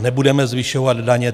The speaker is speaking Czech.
Nebudeme zvyšovat daně.